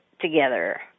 together